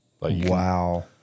Wow